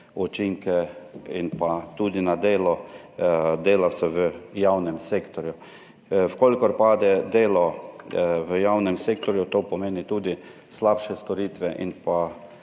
učinke tudi na delo delavcev v javnem sektorju. Če pade delo v javnem sektorju, to pomeni tudi slabše storitve in pa